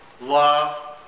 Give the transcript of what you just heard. love